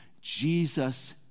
Jesus